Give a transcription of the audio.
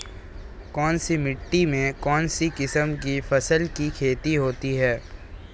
कौनसी मिट्टी में कौनसी किस्म की फसल की खेती होती है?